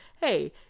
Hey